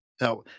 Now